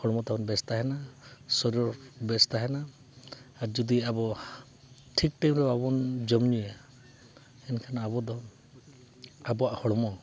ᱦᱚᱲᱢᱚ ᱛᱟᱵᱚᱱ ᱵᱮᱥ ᱛᱟᱦᱮᱱᱟ ᱥᱚᱨᱤᱨ ᱵᱮᱥ ᱛᱟᱦᱮᱱᱟ ᱟᱨ ᱡᱩᱫᱤ ᱟᱵᱚ ᱴᱷᱤᱠ ᱴᱟᱭᱤᱢ ᱨᱮ ᱵᱟᱵᱚᱱ ᱡᱚᱢᱼᱧᱩᱭᱟ ᱮᱱᱠᱷᱟᱱ ᱟᱵᱚ ᱫᱚ ᱟᱵᱚᱣᱟᱜ ᱦᱚᱲᱢᱚ